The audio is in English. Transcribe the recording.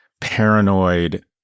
paranoid